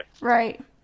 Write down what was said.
Right